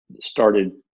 started